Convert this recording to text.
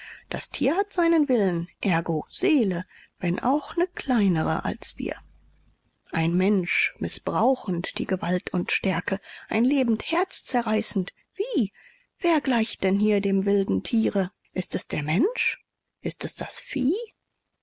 das tier hat seinen willen ergo seele wenn auch ne kleinere als wir ein mensch mißbrauchend die gewalt und stärke ein lebend herz zerreißend wie wer gleicht denn hier dem wilden tiere ist es der mensch ist es das vieh